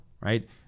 right